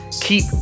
keep